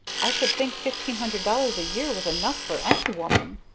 i should think fifteen hundred dollars a year was enough for any woman!